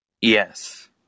yes